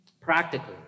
Practically